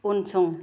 उनसं